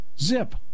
Zip